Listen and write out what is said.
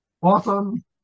Awesome